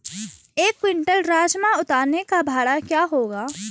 एक क्विंटल राजमा उतारने का भाड़ा क्या होगा?